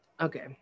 Okay